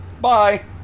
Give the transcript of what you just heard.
Bye